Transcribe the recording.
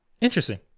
Interesting